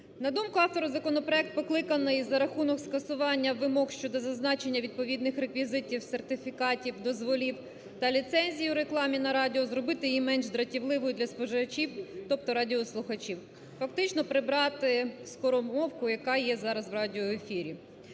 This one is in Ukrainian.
На думку автора, законопроект покликаний за рахунок скасування вимог щодо зазначення відповідних реквізитів сертифікатів, дозволів та ліцензій у рекламі на радіо зробити її менш дратівливою для споживачів, тобто радіослухачів. Фактично – прибрати скоромовку, яка є зараз в радіоефірі.